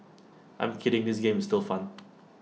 I'm kidding this game is still fun